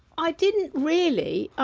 i didn't really.